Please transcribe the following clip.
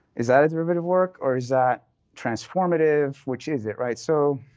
is that a derivative work? or is that transformative? which is it, right? so